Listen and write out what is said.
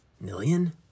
million